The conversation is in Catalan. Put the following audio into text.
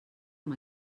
amb